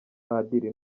padiri